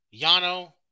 Yano